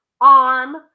arm